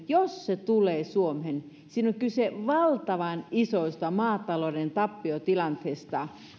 jos se tulee suomeen sikaruton leviämisessä suomeen on kyse valtavan isoista maatalouden tappiotilanteista